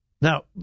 Now